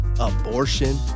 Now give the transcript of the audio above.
abortion